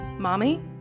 Mommy